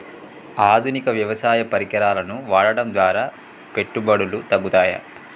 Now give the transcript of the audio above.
ఆధునిక వ్యవసాయ పరికరాలను వాడటం ద్వారా పెట్టుబడులు తగ్గుతయ?